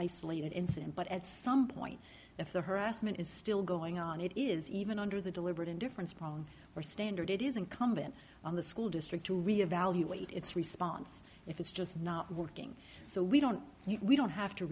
isolated incident but at some point if the harassment is still going on it is even under the deliberate indifference probably or standard it is incumbent on the school district to re evaluate its response if it's just not working so we don't we don't have to